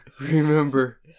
Remember